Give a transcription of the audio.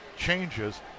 changes